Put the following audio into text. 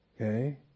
Okay